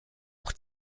auch